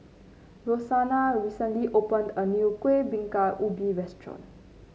Roxanna recently opened a new Kuih Bingka Ubi restaurant